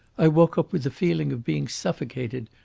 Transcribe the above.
i woke up with a feeling of being suffocated.